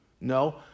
no